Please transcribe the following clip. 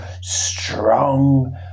strong